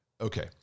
Okay